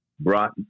brought